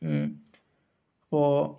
ഉം ഓ